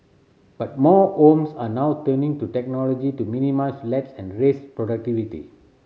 but more homes are now turning to technology to minimise lapse and raise productivity